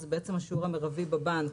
זה השיעור המרבי בבנק,